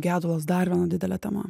gedulas dar viena didelė tema